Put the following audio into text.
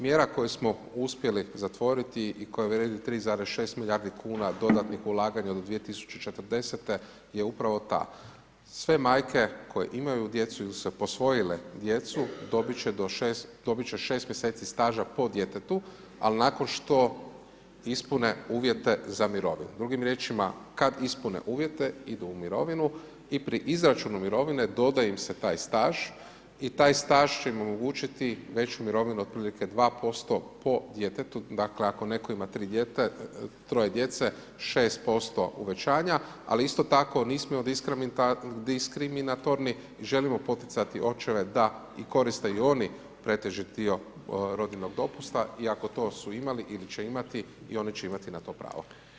Mjera koju smo uspjeli zatvoriti i koja vrijedi 3,6 milijardi kuna dodatnih ulaganja do 2040. je upravo ta, sve majke koje imaju djecu ili su posvojile djecu dobit će 6 mjeseci staža po djetetu al nakon što ispune uvjete za mirovinu, drugim riječima kad ispune uvjete idu u mirovinu i pri izračunu mirovine doda im se taj staž i taj staž će im omogućiti veću mirovinu otprilike 2% po djetetu, dakle ako neko imati 3 djece 6% uvećanja, ali isto tako nismo diskriminatorni i želimo poticati očeve da i koriste i oni pretežit dio rodiljnog dopusta iako to su imali ili će imati i oni će imati na to pravo.